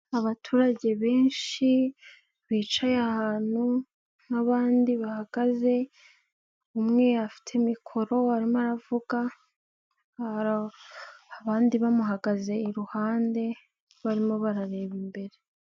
Abaturage benshi bicaye ahantu n'abandi bahagaze umwe, afite mikoro arimo aravuga abandi bamuhagaze iruhande barimo barareba imbere.